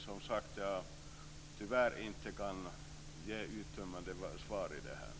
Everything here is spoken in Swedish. Tyvärr kan jag inte ge ett uttömmande svar om detta.